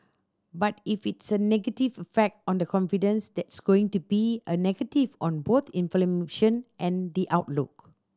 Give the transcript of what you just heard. but if it's a negative effect on the confidence that's going to be a negative on both and the outlook